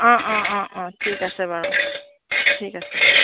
অঁ অঁ অঁ ঠিক আছে বাৰু ঠিক আছে